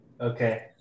Okay